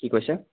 কি কৈছে